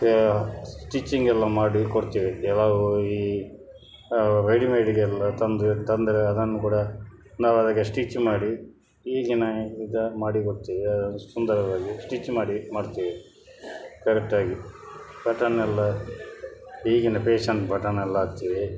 ಮತ್ತು ಸ್ಟಿಚಿಂಗೆಲ್ಲ ಮಾಡಿ ಕೊಡುತ್ತೇವೆ ಯಾವ ಈ ರೆಡಿಮೇಡಿಗೆಲ್ಲ ತಂದು ತಂದರೆ ಅದನ್ನು ಕೂಡ ನಾವದಕ್ಕೆ ಸ್ಟಿಚ್ ಮಾಡಿ ಈಗಿನ ಇದು ಮಾಡಿ ಕೊಡುತ್ತೇವೆ ಸುಂದರವಾಗಿ ಸ್ಟಿಚ್ ಮಾಡಿ ಮಾಡುತ್ತೇವೆ ಕರೆಕ್ಟಾಗಿ ಬಟನ್ನೆಲ್ಲ ಈಗಿನ ಪೇಶನ್ ಬಟನ್ನೆಲ್ಲ ಹಾಕ್ತೇವೆ